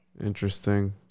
Interesting